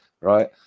Right